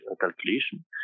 calculation